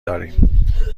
داریم